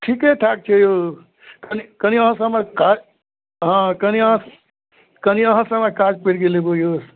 ठीके ठाक छै यौ कनि कनि अहाँसँ हमरा काज हँ कनि अहाँसँ कनि अहाँसँ हमरा काज पड़ि गेल एगो यौ